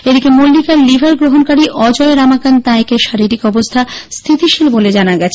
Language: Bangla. এদিকে মল্লিকার লিভার গ্রহনকারী অজয় রমাকান্ত নায়েকের শারীরিক অবস্থা স্থিতিশীল বলে জানা গেছে